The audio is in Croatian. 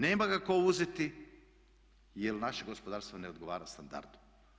Nema ga tko uzeti, jer naše gospodarstvo ne odgovara standardu.